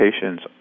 patients